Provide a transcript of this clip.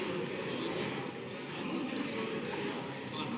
Hvala.